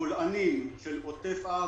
הבולענים, על עוטף עזה,